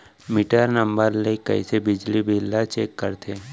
Metre number ले कइसे बिजली बिल ल चेक करथे?